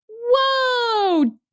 Whoa